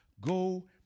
go